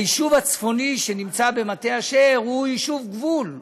היישוב הצפוני שנמצא במטה אשר הוא יישוב גבול,